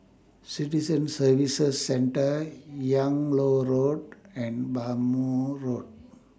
Citizen Services Centre Yung Loh Road and Bhamo Road